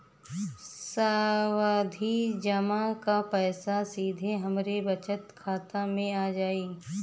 सावधि जमा क पैसा सीधे हमरे बचत खाता मे आ जाई?